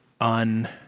on